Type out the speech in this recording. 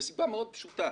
מסיבה מאוד פשוטה.